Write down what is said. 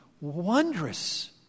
wondrous